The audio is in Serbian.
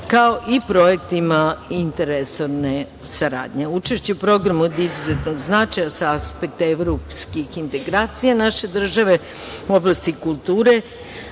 kao i projektima interresorne saradnje. Učešće programa je od izuzetnog značaja sa aspekta evropskih integracija naše države u oblasti kulture.